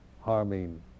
harming